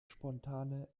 spontane